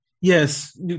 Yes